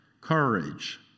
Courage